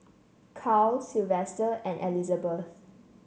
Caryl Silvester and Elizabeth